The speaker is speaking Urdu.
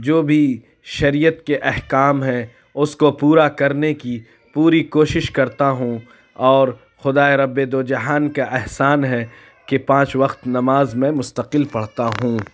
جو بھی شریعت کے احکام ہیں اُس کو پورا کرنے کی پوری کوشش کرتا ہوں اور خدائے ربِ دو جہان کا احسان ہے کہ پانچ وقت نماز میں مستقل پڑھتا ہوں